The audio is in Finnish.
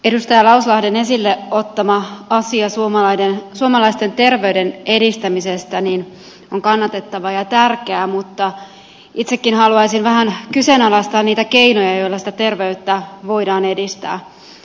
edustaja lauslahden esille ottama asia suomalaisten terveyden edistämisestä on kannatettava ja tärkeä mutta itsekin haluaisin vähän kyseenalaistaa niitä keinoja joilla sitä terveyttä voidaan edistää